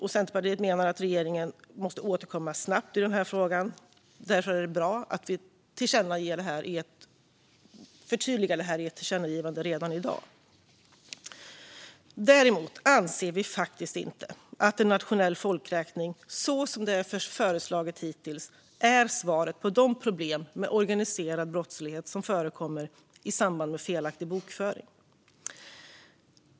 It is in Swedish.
Centerpartiet menar att regeringen måste återkomma snabbt i denna fråga, och därför är det bra att riksdagen förtydligar detta i ett tillkännagivande redan i dag. Däremot anser vi faktiskt inte att en nationell folkräkning så som den hittills har föreslagits är svaret på de problem med organiserad brottslighet som förekommer i samband med felaktig folkbokföring.